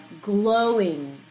glowing